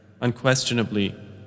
Unquestionably